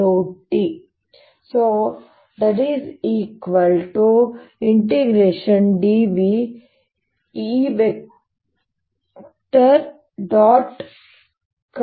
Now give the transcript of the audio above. B0 dV 0E